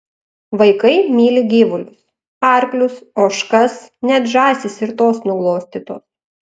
vaikai myli gyvulius arklius ožkas net žąsys ir tos nuglostytos